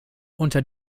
unter